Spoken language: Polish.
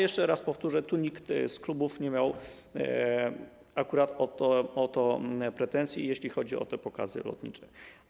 Jeszcze raz powtórzę: tu żaden z klubów nie miał o to pretensji, jeśli chodzi o te pokazy lotnicze.